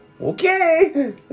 okay